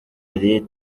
yitabiriye